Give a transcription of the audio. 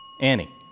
Annie